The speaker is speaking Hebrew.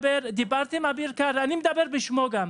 דיברתי עם אביר קארה, אני מדבר גם בשמו.